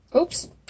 Oops